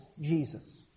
Jesus